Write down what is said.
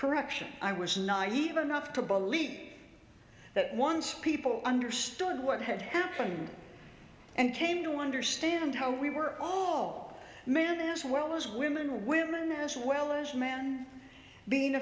correction i was naive enough to believe that once people understood what had happened and came to understand how we were all man as well as women or women as well as men being